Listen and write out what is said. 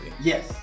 yes